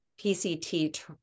PCT